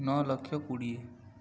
ନଅ ଲକ୍ଷ କୋଡ଼ିଏ